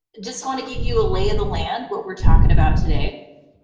just want to give you a lay of the land. what we're talking about today,